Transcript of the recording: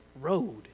road